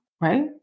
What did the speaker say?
right